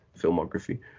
filmography